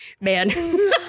man